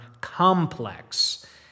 complex